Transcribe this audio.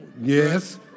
Yes